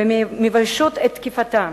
ומביימות את תקיפתן,